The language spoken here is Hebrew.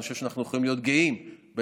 אני חושב שאנחנו יכולים להיות גאים בהישגים.